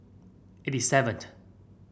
eighty seventh